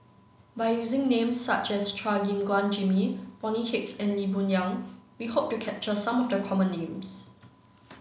by using names such as Chua Gim Guan Jimmy Bonny Hicks and Lee Boon Yang we hope to capture some of the common names